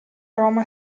roma